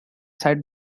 side